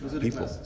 people